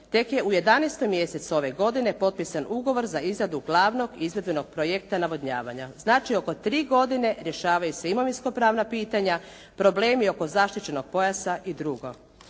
tek je u 11. mjesecu ove godine potpisan ugovor za izradu glavnog izvedbenog projekta navodnjavanja, znači oko tri godine rješavaju se imovinsko pravna pitanja, problemi oko zaštićenog pojasa i drugo.